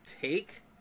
take